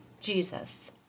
Jesus